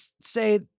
say